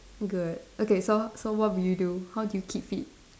good okay so so what would you do how do you keep fit